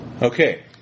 Okay